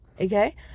Okay